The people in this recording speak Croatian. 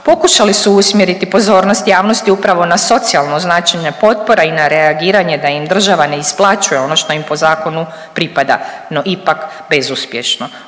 pokušali su usmjeriti pozornost javnosti upravo na socijalno značenje potpora i na reagiranje da im država ne isplaćuje ono što im po zakonu pripada, no ipak bezuspješno.